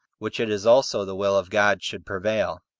which it is also the will of god should prevail.